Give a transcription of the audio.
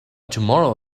tomorrow